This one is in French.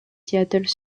seattle